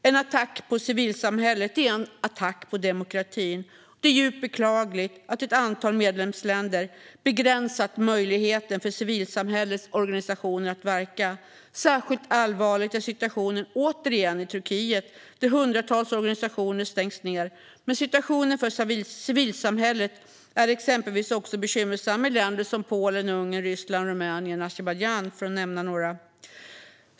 En attack på civilsamhället är en attack på demokratin, och det är djupt beklagligt att ett antal medlemsländer begränsat möjligheten för civilsamhällets organisationer att verka. Särskilt allvarlig är situationen återigen i Turkiet, där hundratals organisationer stängts ned. Men situationen för civilsamhället är bekymmersam även i länder som Polen, Ungern, Ryssland, Rumänien och Azerbajdzjan.